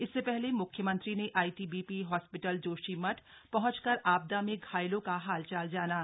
इससे पहले मुख्यमंत्री ने आईटीबीपी हास्पिटल जोशीमठ पहुंचकर आपदा में घायलों का हालचाल जाना